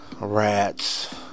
rats